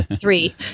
three